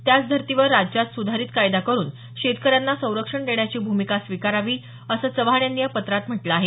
त्याच धर्तीवर राज्यात सुधारित कायदा करून शेतकऱ्यांना संरक्षण देण्याची भूमिका स्वीकारावी असं चव्हाण यांनी या पत्रात म्हटलं आहे